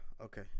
okay